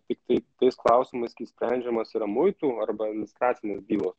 tiktai tais klausimais kai sprendžiamos yra muitų arba administracinės bylos